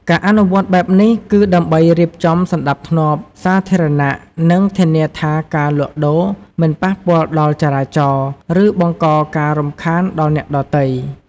ការអនុវត្តបែបនេះ គឺដើម្បីរៀបចំសណ្ដាប់ធ្នាប់សាធារណៈ និងធានាថាការលក់ដូរមិនប៉ះពាល់ដល់ចរាចរណ៍ ឬបង្កការរំខានដល់អ្នកដទៃ។